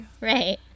Right